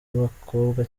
abakobwa